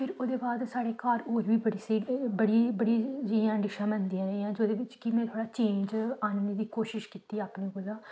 फिर ओह्दे बाद साढ़े घर होर बड़ी स्हेई बड़ी बड़ी जि'यां डिशां बनदियां रेहियां जेह्दे बिच्च कि में थोह्ड़ा चेंज आह्नने दी कोशिश कीती अपने कोला